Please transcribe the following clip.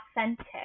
authentic